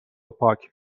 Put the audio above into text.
پاک